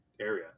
area